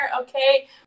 okay